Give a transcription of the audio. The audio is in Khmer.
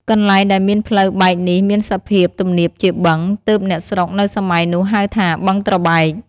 កន្លែងដែលមានផ្លូវបែកនេះមានសភាពទំនាបជាបឹង ទើបអ្នកស្រុកនៅសម័យនោះហៅថា "បឹងត្រង់បែក"។